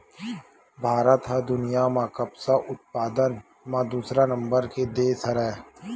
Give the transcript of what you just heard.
भारत ह दुनिया म कपसा उत्पादन म दूसरा नंबर के देस हरय